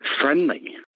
friendly